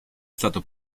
stato